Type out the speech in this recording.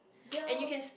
ya